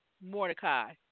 Mordecai